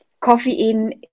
coffee-in